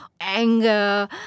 anger